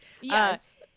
yes